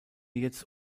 jetzt